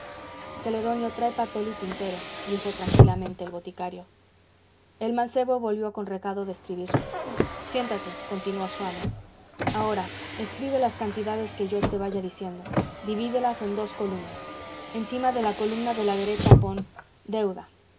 caverna celedonio trae papel y tintero dijo tranquilamente el boticario el mancebo volvió con recado de escribir siéntate continuó su amo ahora escribe las cantidades que yo te vaya diciendo divídelas en dos columnas encima de la columna de la derecha pon deuda